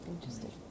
Interesting